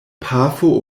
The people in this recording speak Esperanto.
pafo